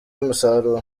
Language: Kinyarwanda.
umusaruro